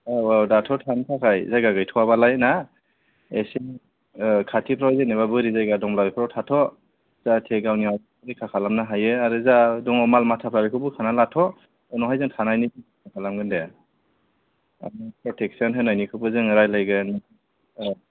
औ औ दाथ' थानो थाखाय जायगा गैथ'वा बालाय ना एसे खाथिफ्राव जेनबा बोरि जायगा दंब्ला बेफ्राव थाथ' जाहाथे गावनि रैखा खालामनो हायो आरो जा दङ माल माथाफ्रा बेखौ बोखारना लाथ' उनावहाय जों थानायनि बेब'स्था खालामगोन दे प्रटेकसन होनायनिखौबो जोङो रायलायगोन औ